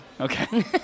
Okay